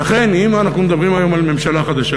ולכן אם אנחנו מדברים היום על ממשלה חדשה,